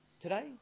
today